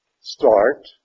start